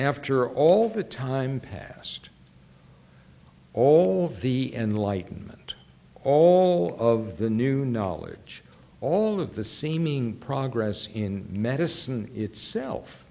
after all the time past all of the enlightenment all of the new knowledge all of the seeming progress in medicine itself